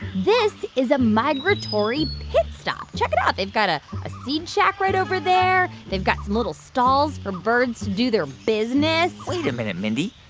this is a migratory pit stop. check it out they've got ah a seed shack right over there. they've got some little stalls for birds to do their business wait a minute, mindy.